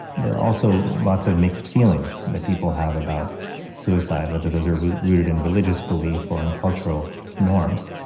there are also lots of mixed feelings that people have about suicide, whether those are rooted in religious belief or in cultural norms.